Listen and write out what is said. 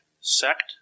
sect